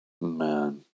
Man